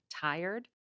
tired